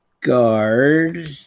guard